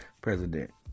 President